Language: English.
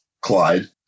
clyde